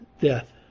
death